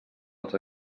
els